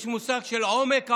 יש מושג של עומק העוני,